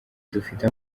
dufite